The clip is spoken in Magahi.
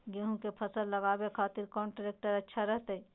गेहूं के फसल लगावे खातिर कौन ट्रेक्टर अच्छा रहतय?